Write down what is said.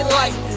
light